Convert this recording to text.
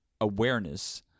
awareness